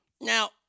Now